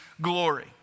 glory